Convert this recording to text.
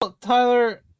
Tyler